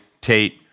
Tate